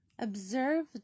observe